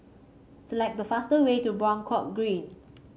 select the fastest way to Buangkok Green